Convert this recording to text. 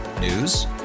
News